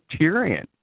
Tyrion